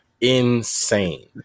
insane